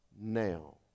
now